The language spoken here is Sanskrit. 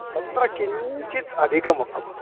तत्र किञ्चित् अधिकम् अभवत्